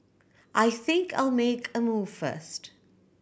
I think I'll make a move first